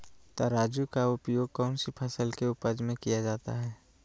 तराजू का उपयोग कौन सी फसल के उपज में किया जाता है?